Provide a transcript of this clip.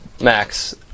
Max